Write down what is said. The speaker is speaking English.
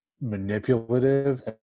manipulative